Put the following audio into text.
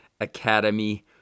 Academy